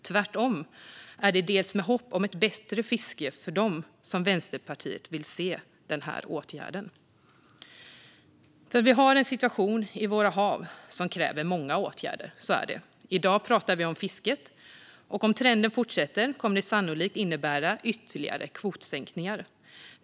Tvärtom är det bland annat med hopp om ett bättre fiske för dem som Vänsterpartiet vill se den åtgärden. Vi har en situation i våra hav som kräver många åtgärder. I dag pratar vi om fisket, och om trenden fortsätter kommer det sannolikt att innebära ytterligare kvotsänkningar.